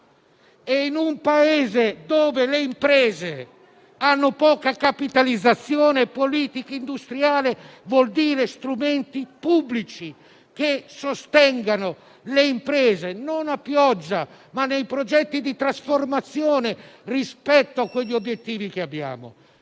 In un Paese in cui le imprese hanno poca capitalizzazione, politica industriale vuol dire strumenti pubblici che sostengano le imprese non a pioggia, ma nei progetti di trasformazione rispetto agli obiettivi che abbiamo.